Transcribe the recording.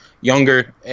younger